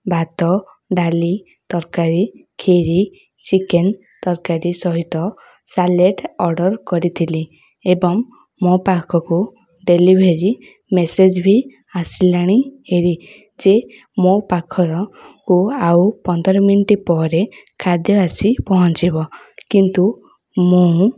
ଭାତ ଡାଲି ତରକାରୀ ଖିରି ଚିକେନ୍ ତରକାରୀ ସହିତ ସାଲାଡ଼ ଅର୍ଡ଼ର କରିଥିଲି ଏବଂ ମୋ ପାଖକୁ ଡେଲିଭରି ମେସେଜ ବି ଆସିଲାଣି ହେରି ଯେ ମୋ ପାଖରକୁ ଆଉ ପନ୍ଦର ମିନିଟ୍ ପରେ ଖାଦ୍ୟ ଆସି ପହଞ୍ଚିବ କିନ୍ତୁ ମୁଁ